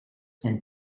and